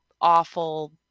awful